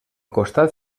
costat